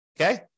Okay